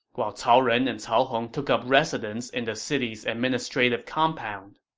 while cao ren and cao hong took up residence in the city's administrative compound